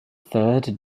third